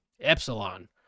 Epsilon